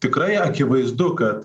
tikrai akivaizdu kad